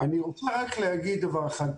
אני רוצה רק להגיד דבר אחד,